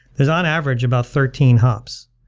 is on average about thirteen hops.